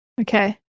Okay